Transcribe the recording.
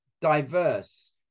diverse